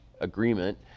agreement